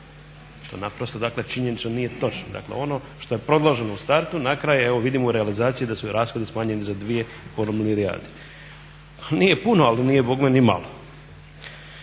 To naprosto dakle činjenično nije točno. Dakle ono što je predloženo u startu na kraju evo vidimo u realizaciji da su rashodi da su rashodi smanjeni za 2,5 milijarde. Nije puno ali nije bogme ni malo.